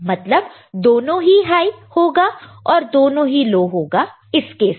मतलब दोनों ही हाई होगा और दोनों ही लो होगा इस केस में